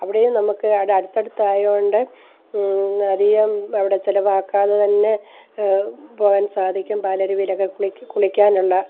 അവിടെയും നമുക്ക് അവിടെ അടുത്ത് അടുത്ത് ആയതുകൊണ്ട് അധികം അവിടെ ചെലവാക്കാതെ തന്നെ പോകാൻ സാധിക്കും പാലരുവിയിലൊക്കെ കുളിക്കാനുള്ള